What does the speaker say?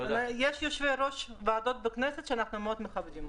יש יושבי-ראש ועדות בכנסת שאנחנו מאוד מכבדים.